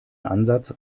ansatz